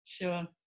Sure